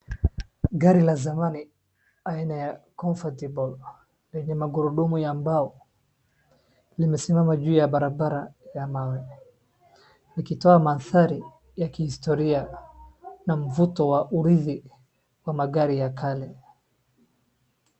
Gari la zamani aina ya Convertible lenye magurudumu ya mbao limesimamama juu ya barabara ya mawe. Likitoa mandhari ya kihistoria na mvuto wa urithi wa magari ya kale.